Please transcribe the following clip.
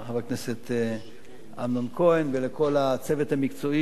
אמנון כהן ולכל הצוות המקצועי שמלווים.